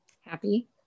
Happy